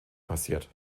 passiert